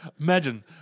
Imagine